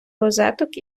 розеток